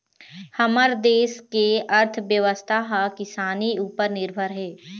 हमर देस के अर्थबेवस्था ह किसानी उपर निरभर हे